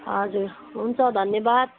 हजुर हुन्छ धन्यवाद